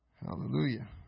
Hallelujah